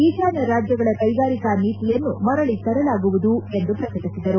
ಈಶಾನ್ಥ ರಾಜ್ಯಗಳ ಕೈಗಾರಿಕಾ ನೀತಿಯನ್ನು ಮರಳಿ ತರಲಾಗುವುದು ಎಂದು ಪ್ರಕಟಿಸಿದರು